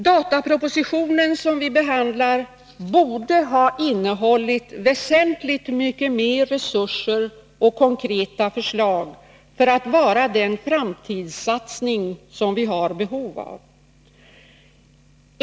Datapropositionen borde ha innehållit väsentligt mycket mer av resurser och konkreta förslag för att vara den framtidssatsning som vi har behov av.